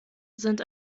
sind